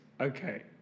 Okay